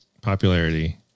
popularity